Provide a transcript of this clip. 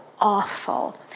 awful